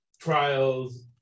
Trials